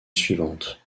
suivante